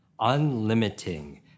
unlimiting